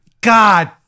god